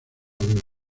adultos